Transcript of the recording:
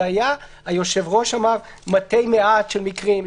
זה היה, היושב-ראש אמר, מתי מעט של מקרים.